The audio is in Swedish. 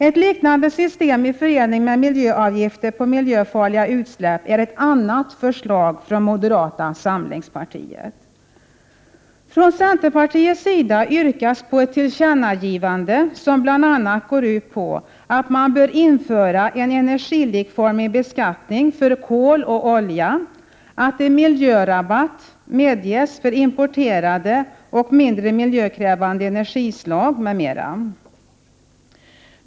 Ett liknande system i förening med miljöavgifter på miljöfarliga utsläpp är ett annat förslag från moderata samlingspartiet. Från centerpartiets sida yrkas på ett tillkännagivande, som bl.a. går ut på att man bör införa en energilikformig beskattning för kol och olja och att en miljörabatt medges för importerade och mindre miljökrävande energislag m.m.